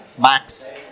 Max